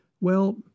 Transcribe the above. Well